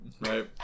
Right